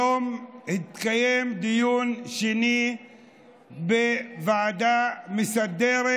היום התקיים דיון שני בוועדה המסדרת,